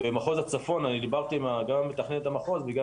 אני דיברתי גם עם מתכננת המחוז הצפוני וגם